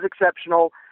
exceptional